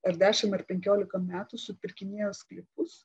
ar dešimt ar penkiolika metų supirkinėjo sklypus